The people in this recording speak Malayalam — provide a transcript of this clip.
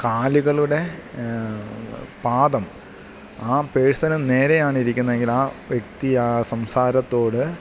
കാലുകളുടെ പാദം ആ പേഴ്സനു നേരെയാണിരിക്കുന്നതെങ്കില് ആ വ്യക്തി ആ സംസാരത്തോട്